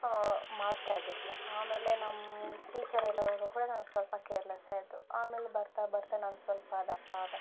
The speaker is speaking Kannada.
ಮಾಡ್ತಾಯಿದಿರಿಲ್ಲ ಆಮೇಲೆ ನಮ್ಮ ಟೀಚರೆಳೋವಾಗ ಕೂಡ ನಾನು ಸ್ವಲ್ಪ ಕೇರ್ಲೆಸ್ ಆಯಿತು ಆಮೇಲೆ ಬರ್ತಾ ಬರ್ತಾ ನಾನು ಸ್ವಲ್ಪ ದಪ್ಪ ಆದೆ